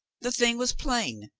the thing was plain.